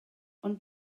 ond